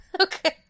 Okay